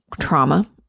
trauma